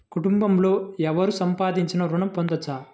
కుటుంబంలో ఎవరు సంపాదించినా ఋణం పొందవచ్చా?